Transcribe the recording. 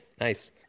Nice